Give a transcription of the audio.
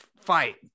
fight